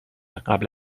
قبل